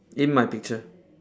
in my picture